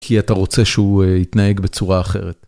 כי אתה רוצה שהוא יתנהג בצורה אחרת.